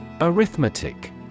Arithmetic